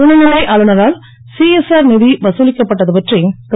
துணைநிலை ஆளுநரால் சிஎஸ்ஆர் நிதி வதலிக்கப்பட்டது பற்றி திரு